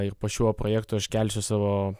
ir po šiuo projektu aš kelsiu savo